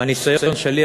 מהניסיון שלי,